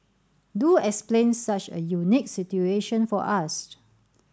do explain such a unique situation for us